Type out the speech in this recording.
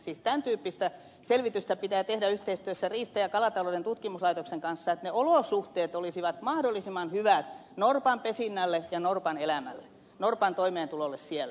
siis tämän tyyppistä selvitystä pitää tehdä yhteistyössä riista ja kalatalouden tutkimuslaitoksen kanssa että ne olosuhteet olisivat mahdollisimman hyvät norpan pesinnälle ja norpan elämälle norpan toimeentulolle siellä